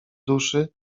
duszy